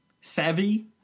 Savvy